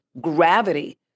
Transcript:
gravity